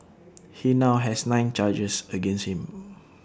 he now has nine charges against him